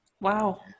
wow